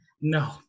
No